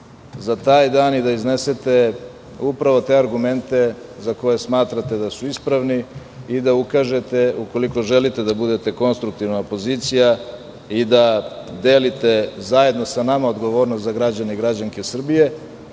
za taj dan i da iznesete upravo te argumente za koje smatrate da su ispravni i da ukažete ukoliko želite da budete konstruktivan opozicija i da delite zajedno sa nama odgovornost za građane i građanke Srbije,